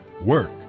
Work